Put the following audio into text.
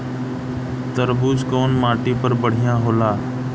तरबूज कउन माटी पर बढ़ीया होला?